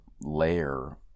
layer